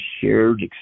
shared